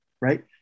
right